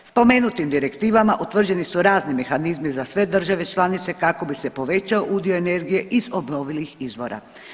Spomenutim direktivama utvrđeni su razni mehanizmi za sve države članice kako bi se povećao udio energije iz obnovljivih izvora.